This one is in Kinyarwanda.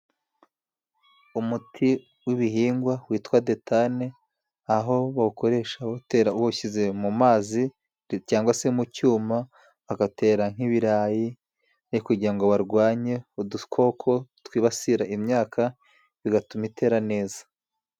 Umuti w'ibihingwa witwa Detane aho bawukoresha utera awushize mu mazi cyangwa se mu cyuma bagatera nk'ibirayi ,kugira ngo barwanye udukoko twibasira imyaka bigatuma itera neza.